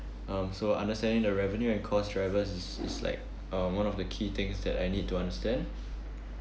um so understanding the revenue and cost drivers is is like uh one of the key things that I need to understand